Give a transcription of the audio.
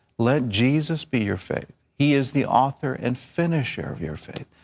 let jesus be your faith. he is the author and finisher of your faith.